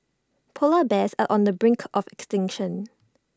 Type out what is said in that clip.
Polar Bears are on the brink of extinction